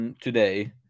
today